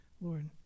Lord